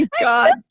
God